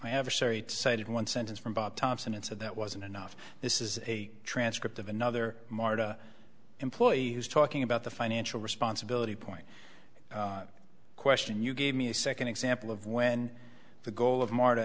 i have a sorry sight of one sentence from bob thompson and said that wasn't enough this is a transcript of another martha employee who's talking about the financial responsibility point question you gave me a second example of when the goal of mart